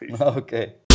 Okay